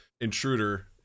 Intruder